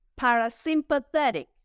parasympathetic